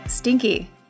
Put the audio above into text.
Stinky